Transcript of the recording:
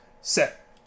set